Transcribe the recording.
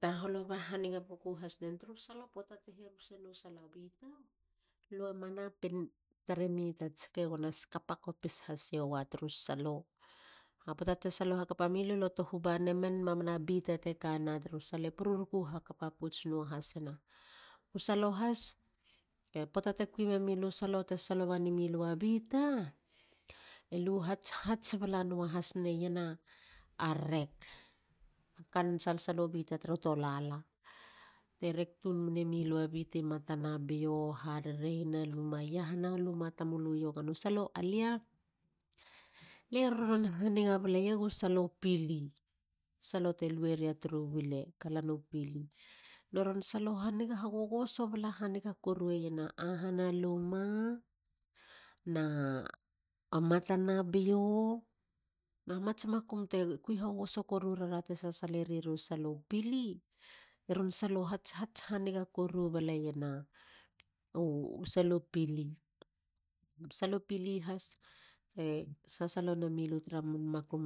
Taholo hanigantoa hasina. tru salo. poata te heru hase no sala bita. lue ma napin tare mi tats ke gona skapa kopis has ma tru salo. A poata te salo hakapa milu. lo tohu banemen. mamana bite kana tru salo e pururuku hakapa pouts nuahasina. U salo has. a poata te kui memilu salo te salo bane milu a bita. e lu hatshats nua has nena a rek. akan salsalo bita tru tolala. Te rek tun memilu a bita matana bio. harerehina luma. Iahana luma tamulu i iogana. Lie roron haniga baleieg u salo pili. salo te luwria tutu wile. kalanu pili. Neron salo hagogosoo hanigeiena ahana luma na matana bio. na mats makum te kui hagogoso koru rara te sasalo na men lu tra man makum